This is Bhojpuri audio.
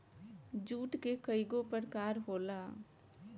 जुट के कइगो प्रकार होला